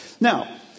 Now